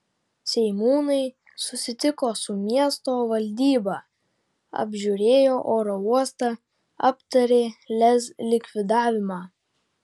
seimūnai susitiko su miesto valdyba apžiūrėjo oro uostą aptarė lez likvidavimą